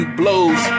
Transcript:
blows